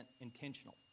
intentional